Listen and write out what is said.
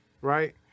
Right